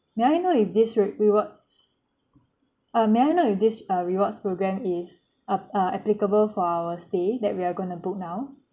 may I know if this re~ rewards um may I know if this uh rewards program is ap~ uh applicable for our stay that we are gonna book now